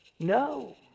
No